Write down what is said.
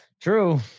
true